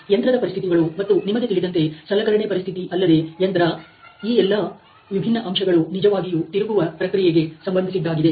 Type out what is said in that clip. ಯಂತ್ರದ ಪರಿಸ್ಥಿತಿಗಳು ಮತ್ತು ನಿಮಗೆ ತಿಳಿದಂತೆ ಸಲಕರಣೆ ಪರಿಸ್ಥಿತಿ ಅಲ್ಲದೆ ಯಂತ್ರ ಈ ಎಲ್ಲಾ ವಿಭಿನ್ನ ಅಂಶಗಳು ನಿಜವಾಗಿಯೂ ತಿರುಗುವ ಪ್ರಕ್ರಿಯೆಗೆ ಸಂಬಂಧಿಸಿದ್ದಾಗಿದೆ